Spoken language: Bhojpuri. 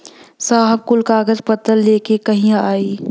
साहब कुल कागज पतर लेके कहिया आई?